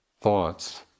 thoughts